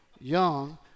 Young